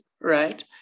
Right